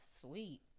sweet